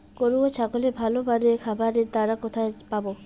গরু ও ছাগলের ভালো মানের খাবারের দানা কোথায় পাবো?